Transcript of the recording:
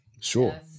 Sure